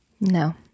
No